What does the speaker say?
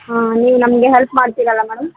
ಹಾಂ ನೀವು ನಮಗೆ ಹೆಲ್ಪ್ ಮಾಡ್ತೀರಲ್ಲ ಮೇಡಮ್